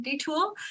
tool